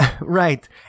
Right